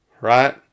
right